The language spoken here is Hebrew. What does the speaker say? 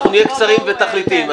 אנחנו נהיה קצרים ותכליתיים.